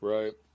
Right